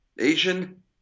Asian